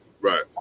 right